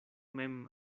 mem